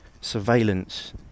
surveillance